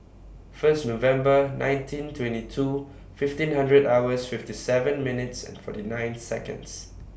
First November nineteen twenty two fifteen hundred hours fifty seven minutes and forty nine Seconds